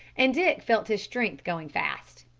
and dick felt his strength going fast.